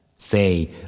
Say